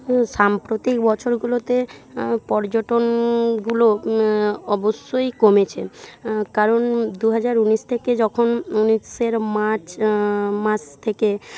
সাম্প্রতিক বছরগুলোতে পর্যটনগুলো অবশ্যই কমেছে কারণ দু হাজার উনিশ থেকে যখন উনিশের মার্চ মাস থেকে